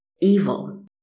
evil